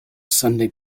sunday